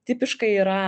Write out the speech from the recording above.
tipiškai yra